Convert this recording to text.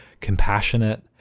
compassionate